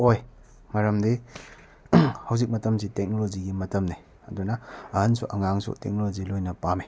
ꯑꯣꯏ ꯃꯔꯝꯗꯤ ꯍꯧꯖꯤꯛ ꯃꯇꯝꯁꯤ ꯇꯦꯛꯅꯣꯂꯣꯖꯤꯒꯤ ꯃꯇꯝꯅꯤ ꯑꯗꯨꯅ ꯑꯍꯟꯁꯨ ꯑꯉꯥꯡꯁꯨ ꯇꯦꯛꯅꯣꯂꯣꯖꯤ ꯄꯥꯝꯃꯤ